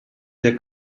der